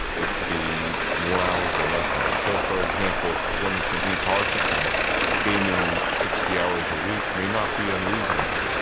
it can be more hours or less hours. so, for example, if one is in antarctica gaming sixty hours a week, that may not be unreasonable.